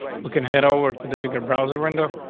we can head over to the bigger browser window.